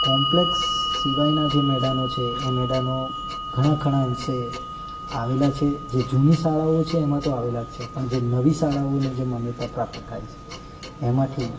complex સિવાયના જે મેદાનો છે એ મેદાનો ઘણા ખરા અંશે આવેલા છે જેથી જૂની શાળાઓ છે એમાં તો આવેલા જ છે પણ જે નવી શાળાઓને જે માન્યતા પ્રાપ્ત થાય છે એમાંથી